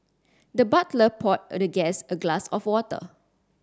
the butler poured the guest a glass of water